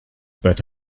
but